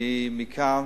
אני מכאן